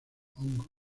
hongos